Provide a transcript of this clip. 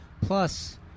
Plus